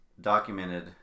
documented